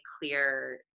clear